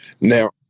Now